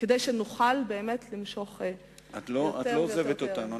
כדי שנוכל למשוך יותר ויותר תיירים.